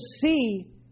see